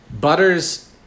Butters